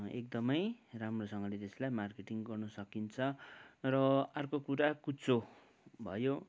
एकदमै राम्रोसँगले त्यसलाई मार्केटिङ गर्न सकिन्छ र अर्को कुरा कुचो भयो